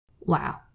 Wow